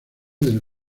del